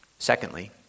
Secondly